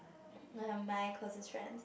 um my closest friends